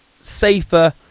safer